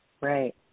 Right